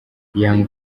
young